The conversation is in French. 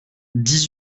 dix